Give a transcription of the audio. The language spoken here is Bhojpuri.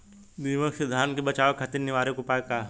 दिमक से धान के बचावे खातिर निवारक उपाय का ह?